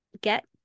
get